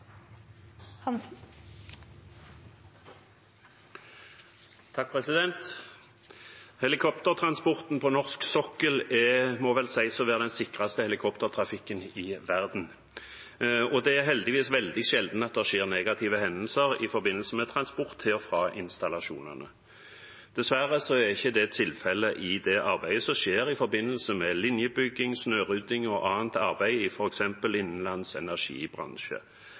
Helikoptertransporten på norsk sokkel må vel sies å være den sikreste helikoptertrafikken i verden. Det er heldigvis veldig sjelden det skjer negative hendelser i forbindelse med transport til og fra installasjonene. Dessverre er ikke det tilfellet i det arbeidet som skjer i forbindelse med linjebygging, snørydding og annet arbeid i f.eks. innenlands energibransje.